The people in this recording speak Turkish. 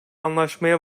anlaşmaya